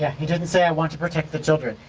he didn't say i want to protect the children.